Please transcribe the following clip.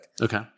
Okay